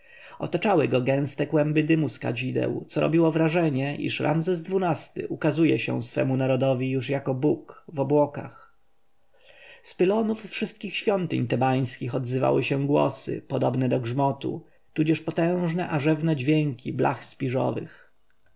otaczały go gęste kłęby dymu z kadzideł co robiło wrażenie iż ramzes xii-ty ukazuje się swojemu narodowi już jako bóg w obłokach z pylonów wszystkich świątyń tebańskich odzywały się odgłosy podobne do grzmotu tudzież potężne a rzewne dźwięki blach